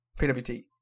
PWT